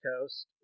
coast